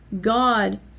God